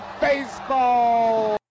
Baseball